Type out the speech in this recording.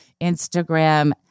Instagram